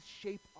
shape